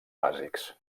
bàsics